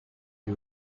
you